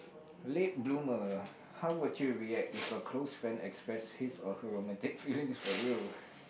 late bloomer how would you react if a close friend express his or her romantic feelings for you